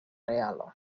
realo